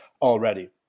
already